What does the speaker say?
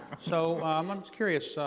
so, um i'm curious, so